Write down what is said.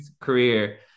career